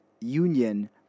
union